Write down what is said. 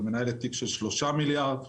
ומנהלת תיק של שלושה מיליארד,